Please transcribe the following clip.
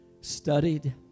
studied